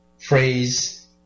phrase